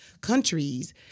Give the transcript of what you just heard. countries